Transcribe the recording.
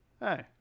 Hey